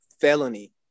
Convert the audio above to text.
felony